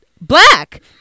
black